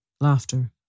laughter